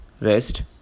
rest